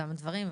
גם הדברים.